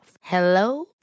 Hello